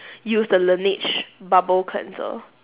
use the laneige bubble cleanser